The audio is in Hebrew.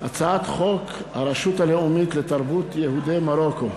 הצעת חוק הרשות הלאומית לתרבות יהודי מרוקו.